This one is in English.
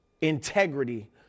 integrity